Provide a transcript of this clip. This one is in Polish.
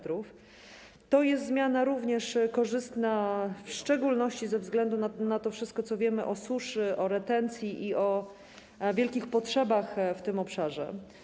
To również jest zmiana korzystna, w szczególności ze względu na to wszystko, co wiemy o suszy, o retencji i o wielkich potrzebach w tym obszarze.